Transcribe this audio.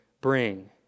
bring